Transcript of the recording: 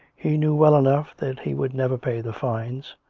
he knew well enough that he would never pay the fines,